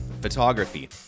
photography